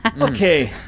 Okay